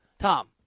Tom